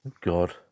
God